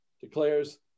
declares